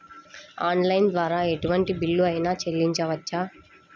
Online ద్వారా ఎటువంటి bill అయినా చెల్లించవచ్చా?